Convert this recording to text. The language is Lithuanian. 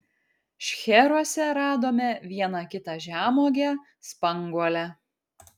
šcheruose radome vieną kitą žemuogę spanguolę